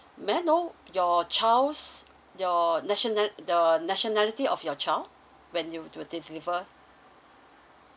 may I know your child's your national the nationality of your child when you to deliver